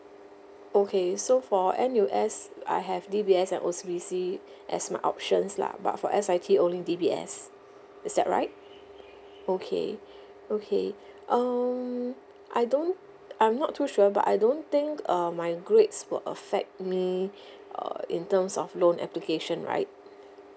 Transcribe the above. okay so for N_U_S I have D_B_S and O_C_B_C as my options lah but for S_I_T only D_B_S is that right okay okay um I don't I'm not too sure but I don't think uh my grades will affect me uh in terms of loan application right